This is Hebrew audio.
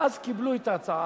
ואז קיבלו את ההצעה.